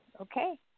Okay